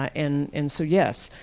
and and so yes,